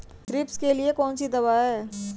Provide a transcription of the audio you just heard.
Thrips के लिए कौन सी दवा है?